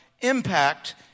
impact